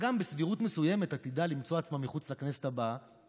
שגם בסבירות מסוימת עתידה למצוא עצמה מחוץ לכנסת הבאה